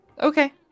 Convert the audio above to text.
Okay